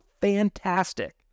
fantastic